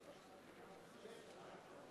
התשע"ב 2011,